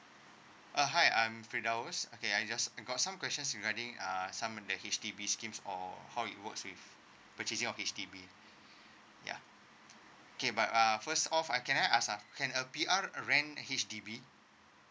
uh hi I'm firdaus okay I just I got some questions regarding uh some on the H_D_B schemes for how it works with purchasing of H_D_B ya okay but uh first of can I ask uh can a P_R uh rent H_D_B